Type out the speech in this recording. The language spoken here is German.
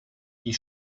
die